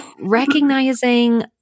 recognizing